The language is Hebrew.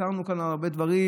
ויתרנו כאן על הרבה דברים,